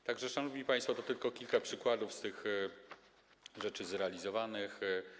A zatem, szanowni państwo, to tylko kilka przykładów tych rzeczy zrealizowanych.